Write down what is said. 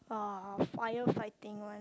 uh firefighting one